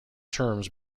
terms